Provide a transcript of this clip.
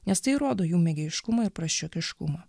nes tai rodo jų mėgėjiškumą ir prasčiokiškumą